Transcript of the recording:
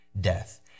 death